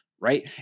right